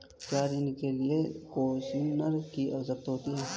क्या ऋण के लिए कोसिग्नर की आवश्यकता होती है?